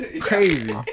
Crazy